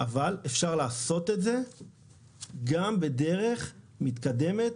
אבל אפשר לעשות את זה גם בדרך מתקדמת,